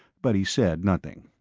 but he said nothing.